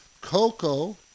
Cocoa